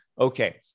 okay